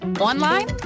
online